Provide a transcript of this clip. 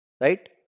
right